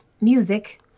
music